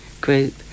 group